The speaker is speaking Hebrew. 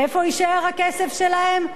ואיפה יישאר הכסף שלהם?